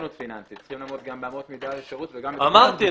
צריכים לעמוד גם באמות מידה לשרות וגם --- אמרתי,